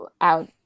out